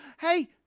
Hey